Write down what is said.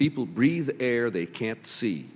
people breathe the air they can't see